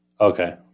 Okay